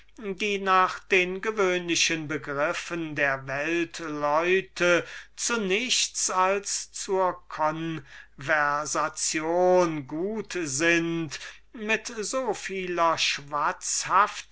welche nach den gewöhnlichen begriffen der weltleute zu nichts als zur konversation gut sind mit so vieler